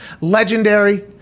legendary